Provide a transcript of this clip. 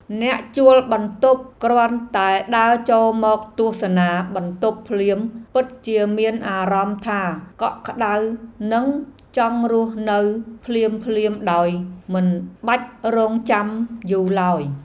អ្នកជួលបន្ទប់គ្រាន់តែដើរចូលមកទស្សនាបន្ទប់ភ្លាមពិតជាមានអារម្មណ៍ថាកក់ក្ដៅនិងចង់រស់នៅភ្លាមៗដោយមិនបាច់រង់ចាំយូរឡើយ។